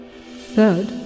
Third